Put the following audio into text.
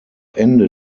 ende